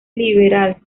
liberal